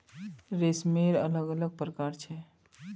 रेशमेर अलग अलग प्रकार छ